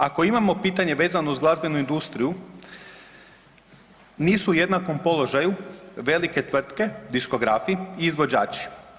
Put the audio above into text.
Ako imamo pitanje vezano uz glazbenu industriju nisu u jednakom položaju velike tvrtke diskografi i izvođači.